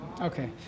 Okay